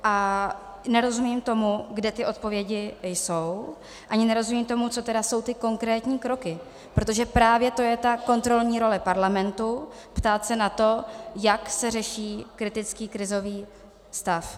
A nerozumím tomu, kde ty odpovědi jsou, ani nerozumím tomu, co tedy jsou ty konkrétní kroky, protože právě to je ta kontrolní role parlamentu ptát se na to, jak se řeší kritický krizový stav.